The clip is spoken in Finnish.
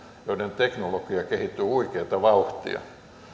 joiden teknologia kehittyy huikeata vauhtia